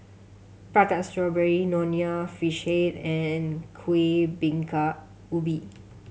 Prata Strawberry Nonya Fish Head and Kuih Bingka Ubi